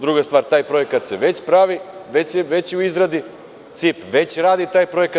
Druga stvar, taj projekat se već pravi, već je u izradi, CIP već radi taj projekat.